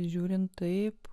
žiūrint taip